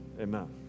Amen